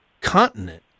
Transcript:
continent